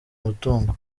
mutungo